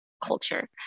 Culture